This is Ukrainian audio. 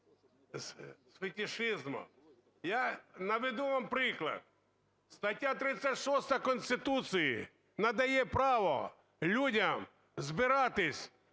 з фетишизмом. Я наведу вам приклад. Стаття 36 Конституції надає право людям збиратись